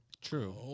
True